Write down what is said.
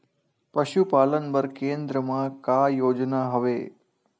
पशुपालन बर केन्द्र म का योजना हवे?